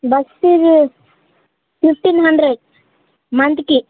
bus fees fifteen hundred మంత్కి